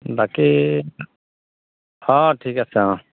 বাকী অঁ ঠিক আছে অঁ